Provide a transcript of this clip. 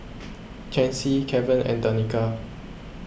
Chancy Keven and Danica